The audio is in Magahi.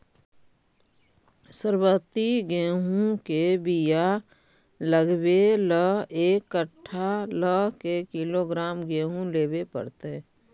सरबति गेहूँ के बियाह लगबे ल एक कट्ठा ल के किलोग्राम गेहूं लेबे पड़तै?